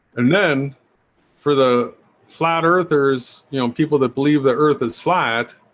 and then for the flat earthers, you know people that believe the earth is flat